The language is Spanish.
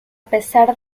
pesar